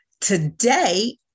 Today